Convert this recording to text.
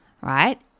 right